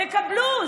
תקבלו.